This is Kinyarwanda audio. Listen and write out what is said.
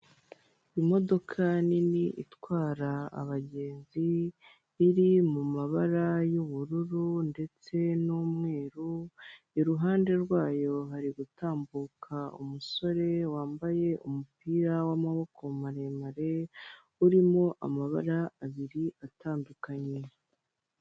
Imodoka nini itwara abagenzi iri mumabara y' ubururu, ndetse n' umweru iruhande rwayo harigutambuka umusore wambaye umupira w' amaboko maremare urimo amabara abiri atandukanye.